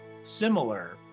similar